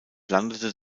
landete